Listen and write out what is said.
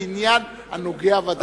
אני מתכוון לעניין הנוגע בדבר.